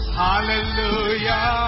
hallelujah